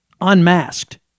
unmasked